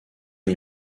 n’y